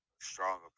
stronger